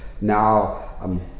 now